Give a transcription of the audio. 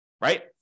right